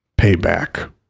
Payback